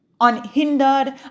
unhindered